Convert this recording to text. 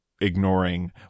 ignoring